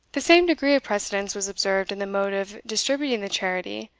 the same degree of precedence was observed in the mode of distributing the charity,